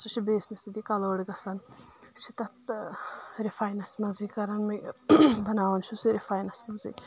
سُہ چھِ بیٚسنہِ سۭتی کَلٲڑ گَژھان سُہ چِھِ تَتھ رِِفایِنَس منٛزٕی کَران مےٚ بناوان چھُ سُہ رِفایِنَس منٛزٕی